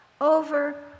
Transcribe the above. over